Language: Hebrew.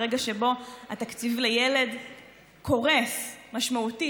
זה הרגע שבו התקציב לילד קורס משמעותית.